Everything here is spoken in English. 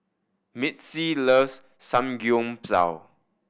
Mitzi loves Samgyeopsal